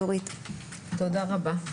תודה רבה.